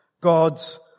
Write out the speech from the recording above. God's